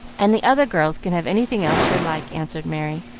and the other girls can have anything else they like, answered merry,